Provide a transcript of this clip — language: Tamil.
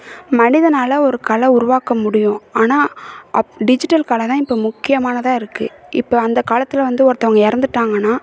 மனிதனால் ஒரு கலை உருவாக்க முடியும் ஆனால் அப் டிஜிட்டல் கலை தான் இப்போ முக்கியமானதாக இருக்குது இப்போ அந்த காலத்தில் வந்து ஒருத்தவங்க இறந்துட்டாங்கன்னா